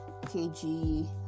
KG